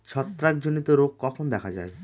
ছত্রাক জনিত রোগ কখন দেখা য়ায়?